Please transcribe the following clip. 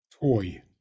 toy